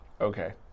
Okay